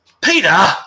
Peter